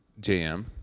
JM